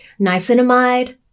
niacinamide